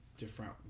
different